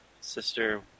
sister